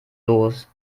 los